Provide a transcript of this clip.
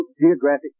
geographic